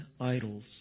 idols